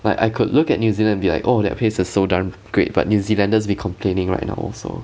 like I could look at new zealand and be like oh that place is so darn great but new zealanders be complaining right now also